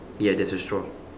ya there's a straw